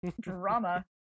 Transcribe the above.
Drama